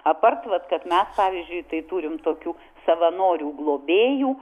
apart vat kad mes pavyzdžiui tai turim tokių savanorių globėjų